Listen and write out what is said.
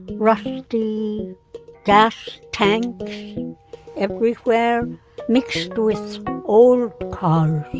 rusty gas tanks everywhere mixed with old cars.